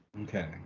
Okay